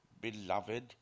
beloved